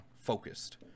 focused